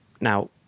Now